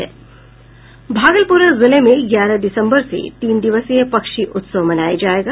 भागलपुर जिले में ग्यारह दिसंबर से तीन दिवसीय पक्षी उत्सव मनाया जायेगा